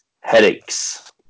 headaches